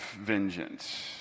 vengeance